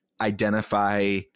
identify